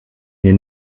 mir